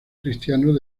cristianos